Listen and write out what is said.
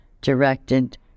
directed